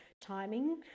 timing